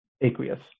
aqueous